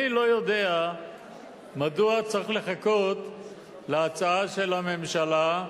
אני לא יודע מדוע צריך לחכות להצעה של הממשלה,